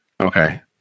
Okay